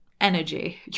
energy